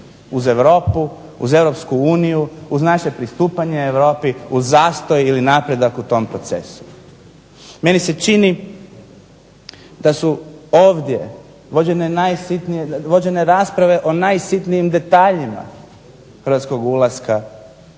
uz Europu, uz Europsku uniju, uz naše pristupanje Europi, uz zastoj ili napredak u tom procesu. Meni se čini da su ovdje vođene rasprave o najsitnijim detaljima hrvatskog ulaska